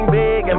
big